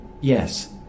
Yes